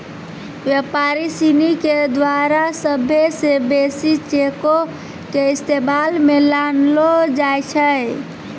व्यापारी सिनी के द्वारा सभ्भे से बेसी चेको के इस्तेमाल मे लानलो जाय छै